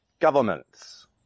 governments